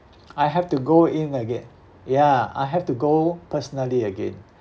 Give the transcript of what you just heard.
I have to go in again ya I have to go personally again